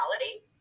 reality